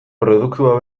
produktua